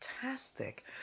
fantastic